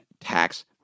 tax